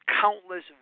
countless